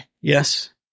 Yes